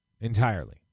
entirely